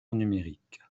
numérique